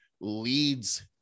leads